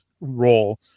role